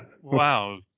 Wow